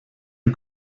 die